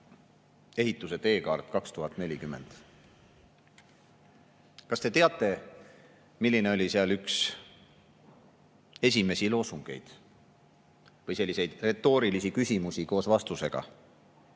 "Ehituse teekaart 2040". Kas te teate, milline oli seal üks esimesi loosungeid või retoorilisi küsimusi koos vastusega?